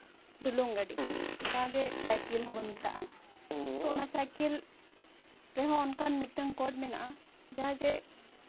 ᱰᱩᱞᱩᱝ ᱜᱟᱹᱰᱤ ᱡᱟᱦᱟᱸ ᱡᱮ ᱥᱟᱭᱠᱮᱞ ᱦᱚᱸᱵᱚᱱ ᱢᱮᱛᱟᱜᱼᱟ ᱛᱚ ᱚᱱᱟ ᱥᱟᱭᱠᱮᱞ ᱨᱮᱦᱚᱸ ᱚᱱᱠᱟᱱ ᱢᱤᱫᱴᱟᱝ ᱠᱚᱬ ᱢᱮᱱᱟᱜᱼᱟ ᱡᱟᱦᱟᱸ ᱡᱮ